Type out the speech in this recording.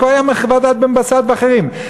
וכבר היה בוועדת בן-בסט ואחרים.